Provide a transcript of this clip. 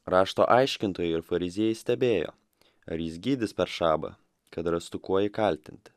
rašto aiškintojai ir fariziejai stebėjo ar jis gydys per šabą kad rastų kuo jį kaltinti